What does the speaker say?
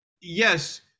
yes